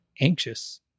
anxious